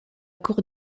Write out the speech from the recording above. cour